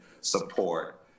support